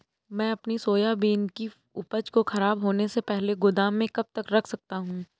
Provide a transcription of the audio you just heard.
मैं अपनी सोयाबीन की उपज को ख़राब होने से पहले गोदाम में कब तक रख सकता हूँ?